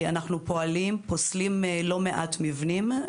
אנחנו פועלים, פוסלים לא מעט מבנים,